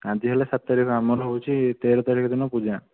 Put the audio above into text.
ଆଜି ହେଲା ସାତ ତାରିଖ ଆମର ହେଉଛି ତେର ତାରିଖ ଦିନ ପୂଜା